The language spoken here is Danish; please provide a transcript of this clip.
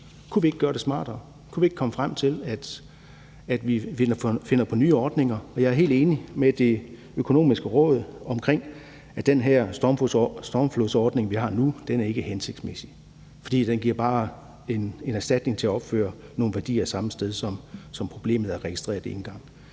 Kunne vi ikke gøre det smartere? Kunne vi ikke komme frem til, at vi finder på nye ordninger? Jeg er helt enig med Det Økonomiske Råd i, at den her stormflodsordning, vi har nu, ikke er hensigtsmæssig, for den giver bare en erstatning til at opføre nogle værdier det samme sted, som problemet er registreret én gang.